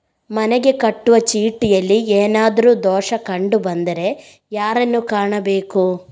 ಮನೆಗೆ ಕಟ್ಟುವ ಚೀಟಿಯಲ್ಲಿ ಏನಾದ್ರು ದೋಷ ಕಂಡು ಬಂದರೆ ಯಾರನ್ನು ಕಾಣಬೇಕು?